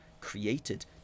created